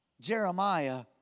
Jeremiah